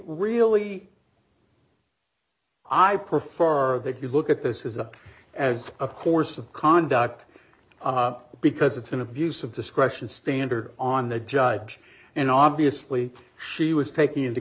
really i prefer that you look at this is a as a course of conduct because it's an abuse of discretion standard on the judge and obviously she was taking into